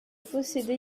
possédait